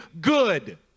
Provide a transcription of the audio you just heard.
good